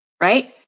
Right